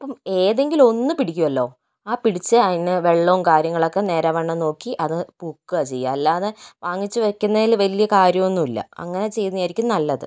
അപ്പോൾ ഏതെങ്കിലും ഒന്ന് പിടിക്കുമല്ലോ ആ പിടിച്ച അതിനെ വെള്ളവും കാര്യങ്ങളൊക്കെ നേരാംവണ്ണം നോക്കി അത് പൂക്കുകയാ ചെയ്യുക അല്ലാതെ വാങ്ങിച്ചു വെക്കുന്നതിൽ വലിയ കാര്യമൊന്നുമില്ല അങ്ങനെ ചെയ്യുന്നതായിരിക്കും നല്ലത്